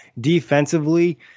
defensively